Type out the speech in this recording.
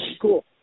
cool